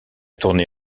tourné